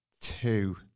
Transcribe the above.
Two